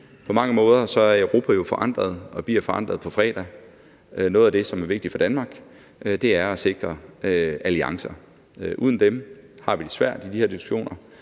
På mange måder er Europa jo forandret og bliver forandret på fredag. Noget af det, som er vigtigt for Danmark, er at sikre alliancer. Uden dem har vi det svært i de her diskussioner,